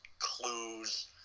Clues